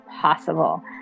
possible